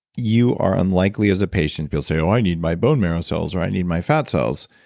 you are unlikely as a patient who'll say, oh i need my bone marrow cells or i need my fat cells.